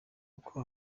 uko